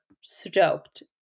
stoked